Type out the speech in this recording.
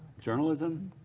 journalism,